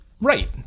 Right